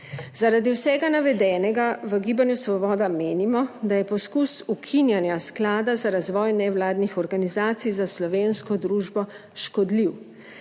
Zaradi vsega navedenega v Gibanju Svoboda menimo, da je poskus ukinjanja Sklada za razvoj nevladnih organizacij za slovensko družbo škodljiv